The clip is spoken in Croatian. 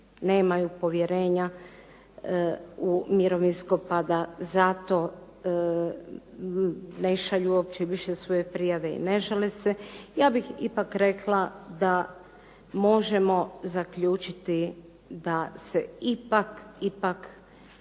nemaju povjerenja u mirovinsko pa da zato ne šalju uopće svoje prijave i ne žale se. Ja bih ipak rekla da možemo zaključiti da se ipak